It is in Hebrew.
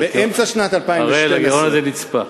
אראל, הגירעון הזה נצפה.